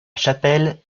chapelle